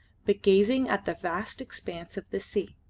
but gazing at the vast expanse of the sea.